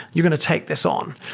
you're going to take this on.